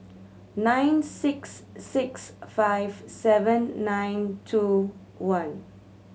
nine six six five seven nine two one